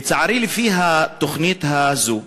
לצערי, לפי התוכנית הזו,